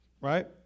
right